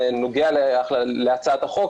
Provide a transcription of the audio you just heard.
בנוגע להצעת החוק,